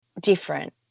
different